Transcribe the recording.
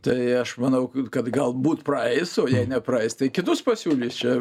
tai aš manau kad galbūt praeis jei nepraeis tai kitus pasiūlys čia